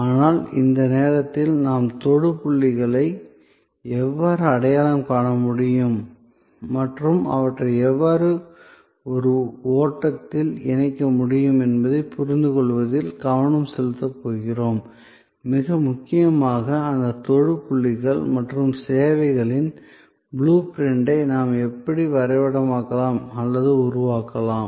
ஆனால் இந்த நேரத்தில் நாம் தொடு புள்ளிகளை எவ்வாறு அடையாளம் காண முடியும் மற்றும் அவற்றை எவ்வாறு ஒரு ஓட்டத்தில் இணைக்க முடியும் என்பதைப் புரிந்துகொள்வதில் கவனம் செலுத்தப் போகிறோம் மிக முக்கியமாக அந்த தொடு புள்ளிகள் மற்றும் சேவைகளின் ப்ளூ பிரிண்ட்டை நாம் எப்படி வரைபடமாக்கலாம் அல்லது உருவாக்கலாம்